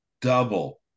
double